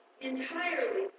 Entirely